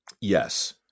Yes